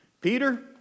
Peter